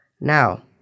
Now